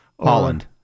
Holland